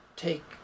take